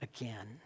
again